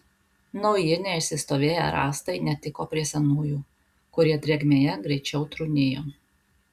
nauji neišsistovėję rąstai netiko prie senųjų kurie drėgmėje greičiau trūnijo